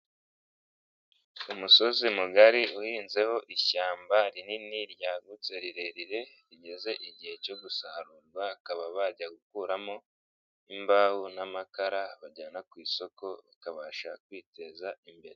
Umusozi mugari uhinzeho ishyamba rinini ryagutse rirerire rigeze igihe cyo gusarurwa bakaba bajya gukuramo imbaho n'amakara bajyana ku isoko bakabasha kwiteza imbere.